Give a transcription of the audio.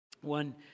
one